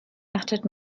achtet